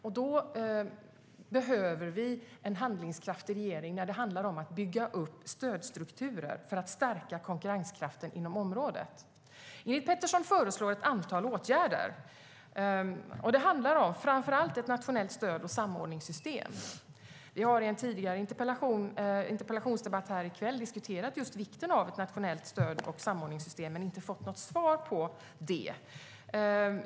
Vi behöver en handlingskraftig regering som kan bygga upp stödstrukturer för att stärka konkurrenskraften inom området. Ingrid Petersson föreslår ett antal åtgärder. Det handlar framför allt om ett nationellt stöd och samordningssystem. I en tidigare interpellationsdebatt i kväll diskuterade vi just vikten av ett nationellt stöd och samordningssystem men fick inget svar på det.